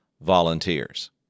volunteers